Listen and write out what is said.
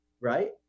right